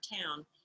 town